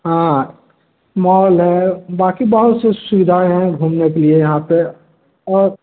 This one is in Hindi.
हाँ मॉल है बाक़ी बहुत सी सुविधाएँ हैं घूमने के लिए यहाँ पर और